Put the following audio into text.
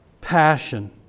passion